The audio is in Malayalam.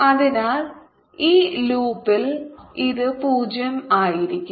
അതിനാൽ ഈ ലൂപ്പിൽ ഇത് 0 ആയിരിക്കണം